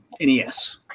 NES